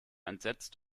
entsetzt